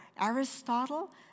Aristotle